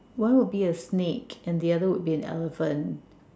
one would be a snake and the other would be an elephant